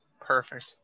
Perfect